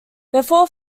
before